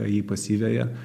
į pasyviąją